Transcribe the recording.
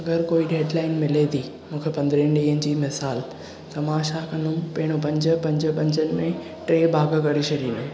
अगर कोइ डेडलाइन मिले थी मूंखे पंद्रहं ॾींहनि जी मिसाल त मां छा कंदुमि पहिड़ो पंज पंज पंजनि में टे भाॻ करे छॾींदुमि